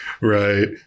Right